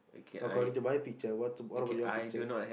according to my picture what what about your picture